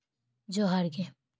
ᱡᱚᱦᱟᱨ ᱜᱮ